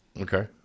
okay